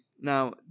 Now